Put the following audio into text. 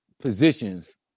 positions